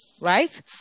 right